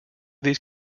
these